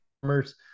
farmers